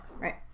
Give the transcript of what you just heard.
right